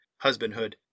husbandhood